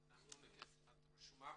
אחרות.